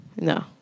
No